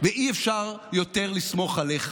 ואי-אפשר יותר לסמוך עליך.